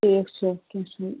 ٹھیٖک چھُ کیٚنہہ چھُنہٕ